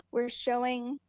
we're showing